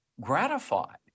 gratified